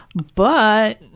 but,